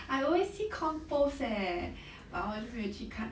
I always see com post eh but 我就没有去看